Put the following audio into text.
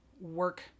work